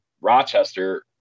Rochester